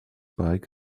bike